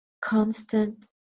constant